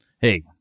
Hey